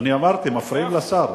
אמרתי: מפריעים לשר.